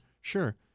Sure